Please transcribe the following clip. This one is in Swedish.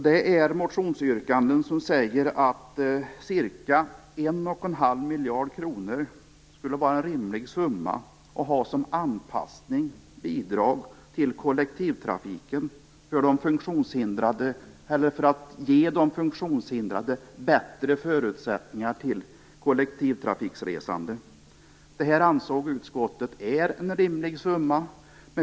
Det är motionsyrkanden som säger att cirka en och en halv miljard kronor skulle vara en rimlig summa att ha till bidrag till kollektivtrafiken för anpassning för de funktionshindrade, eller för att ge de funktonshindrade bättre förutsättningar till kollektivtrafikresande. Detta anser utskottet vara en rimlig summa.